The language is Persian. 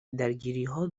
درگیریها